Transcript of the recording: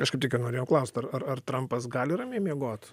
aš kaip tik ir norėjau klaust ar ar ar trampas gali ramiai miegot